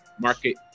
Market